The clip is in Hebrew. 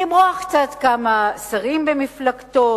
למרוח קצת כמה שרים במפלגתו.